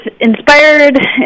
inspired